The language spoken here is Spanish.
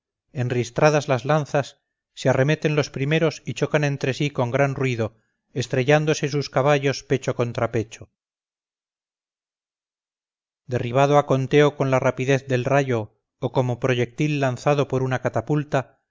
aconteo enristradas las lanzas se arremeten los primeros y chocan entre sí con gran ruido estrellándose sus caballos pecho contra pecho derribado aconteo con la rapidez del rayo o como proyectil lanzado por una catapulta